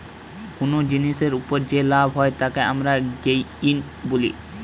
কুনো জিনিসের উপর যে লাভ হয় তাকে আমরা গেইন বলি